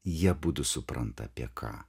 jie abudu supranta apie ką